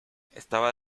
estaba